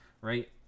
right